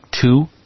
two